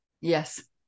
Yes